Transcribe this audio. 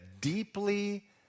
deeply